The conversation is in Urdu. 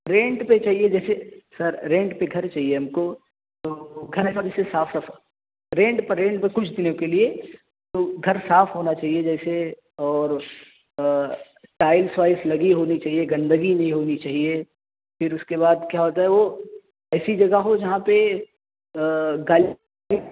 رینٹ پہ چہیے جیسے سر رینٹ پہ گھر چہیے ہم کو تو گھر کیا جیسے صاف صفائی رینٹ پر رینٹ پہ کچھ دنوں کے لیے تو گھر صاف ہونا چہیے جیسے اور ٹائلس وائلس لگی ہونی چہیے گندگی نہیں ہونی چہیے پھر اس کے بعد کیا ہوتا ہے وہ ایسی جگہ ہو جہاں پہ